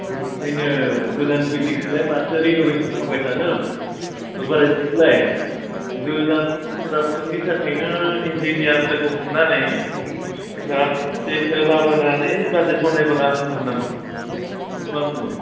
बेखायनो गोदान बिल्डिंखौलाय मानो रिनुवेशन खालामबाय थानो बोरायखौलाय गोदान कनट्राकशननि थाखायनो इन्जिनियार लोगो हमनानै राज मिस्ट्रिखौ लाबोनानै बाजेट बनायबोला हामगोन नामा मा बुङो